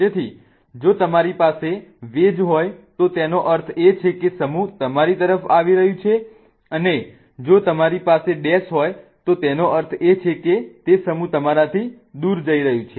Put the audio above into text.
તેથી જો તમારી પાસે વેજ હોય તો તેનો અર્થ એ છે કે સમૂહ તમારી તરફ આવી રહ્યું છે અને જો તમારી પાસે ડેશ હોય તો તેનો અર્થ એ છે કે તે સમૂહ તમારાથી દૂર જઈ રહ્યું છે